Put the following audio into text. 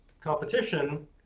competition